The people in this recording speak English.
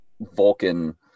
Vulcan